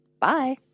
Bye